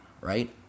right